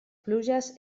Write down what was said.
pluges